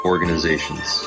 Organizations